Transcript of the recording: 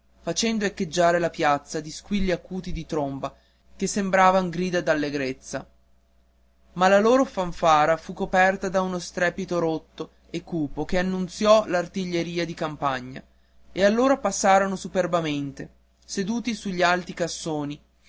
facendo echeggiare la piazza di squilli acuti di tromba che sembravan grida d'allegrezza ma la loro fanfara fu coperta da uno strepito rotto e cupo che annunziò l'artiglieria di campagna e allora passarono superbamente seduti sugli alti cassoni